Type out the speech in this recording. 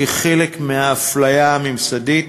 כחלק מהאפליה הממסדית,